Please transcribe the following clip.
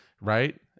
right